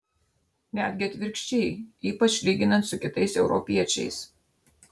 netgi atvirkščiai ypač lyginant su kitais europiečiais